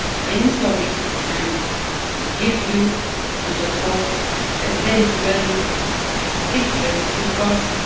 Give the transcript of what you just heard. vince or rick can give you to support a very blurry picture because,